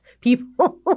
people